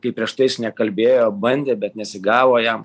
kai prieš tai jis nekalbėjo bandė bet nesigavo jam